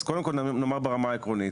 אז קודם כל ברמה העקרונית,